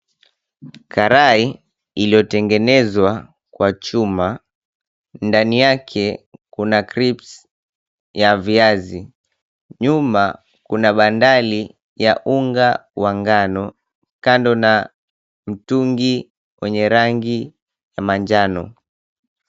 Karai iliyotengenezwa kwa chuma. Ndani yake kuna crips ya viazi. Nyuma kuna bandali ya unga wa ngano kando na mtungi wenye rangi ya manjano.